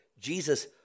Jesus